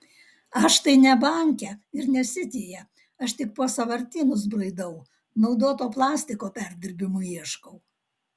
aš tai ne banke ir ne sityje aš tik po sąvartynus braidau naudoto plastiko perdirbimui ieškau